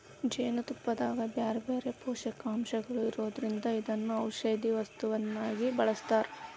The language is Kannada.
ಜೇನುತುಪ್ಪದಾಗ ಬ್ಯಾರ್ಬ್ಯಾರೇ ಪೋಷಕಾಂಶಗಳು ಇರೋದ್ರಿಂದ ಇದನ್ನ ಔಷದ ವಸ್ತುವಾಗಿ ಬಳಸ್ತಾರ